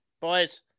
boys